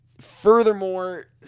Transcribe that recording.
Furthermore